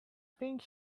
pink